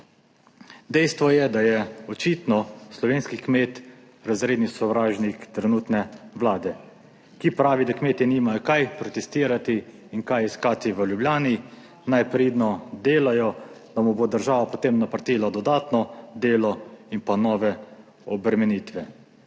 Dejstvo je, da je očitno slovenski kmet razredni sovražnik trenutne Vlade, ki pravi, da kmetje nimajo kaj protestirati in kaj iskati v Ljubljani, naj pridno delajo, da mu bo država potem naprtila dodatno delo in pa nove obremenitve.